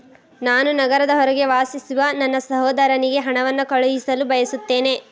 ನಾನು ನಗರದ ಹೊರಗೆ ವಾಸಿಸುವ ನನ್ನ ಸಹೋದರನಿಗೆ ಹಣವನ್ನು ಕಳುಹಿಸಲು ಬಯಸುತ್ತೇನೆ